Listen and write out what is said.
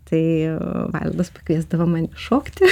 tai valdas pakviesdavo mane šokti